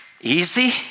Easy